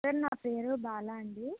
sir నా పేరు బాలా అండి